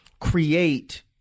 create